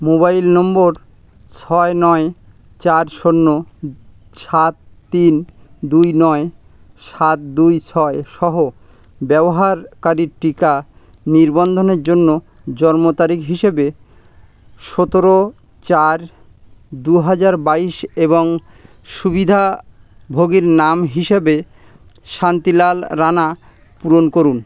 mobile নম্বর ছয় নয় চার শূন্য সাত তিন দুই নয় সাত দুই ছয়সহ ব্যবহারকারীর টিকা নির্বন্ধনের জন্য জন্ম তারিখ হিসেবে সতেরো চার দু হাজার বাইশ এবং সুবিধাভোগীর নাম হিসেবে শান্তিলাল রাণা পূরণ করুন